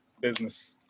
business